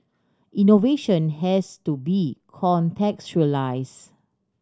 innovation has to be contextualised